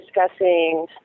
discussing